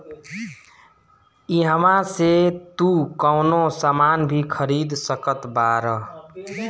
इहवा से तू कवनो सामान भी खरीद सकत बारअ